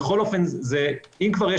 אם כבר,